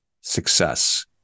success